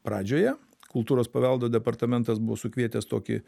pradžioje kultūros paveldo departamentas buvo sukvietęs tokį